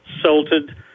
salted